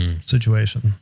situation